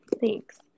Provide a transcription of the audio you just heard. thanks